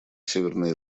северной